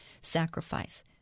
sacrifice